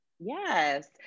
Yes